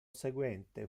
seguente